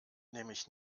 nämlich